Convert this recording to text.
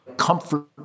comfort